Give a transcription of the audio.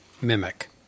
mimic